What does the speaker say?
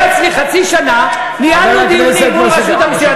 היה אצלי חצי שנה, ניהלנו דיונים מול רשות המסים.